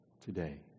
today